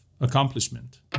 accomplishment